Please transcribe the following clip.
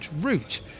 route